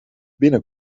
binnen